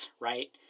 right